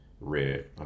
red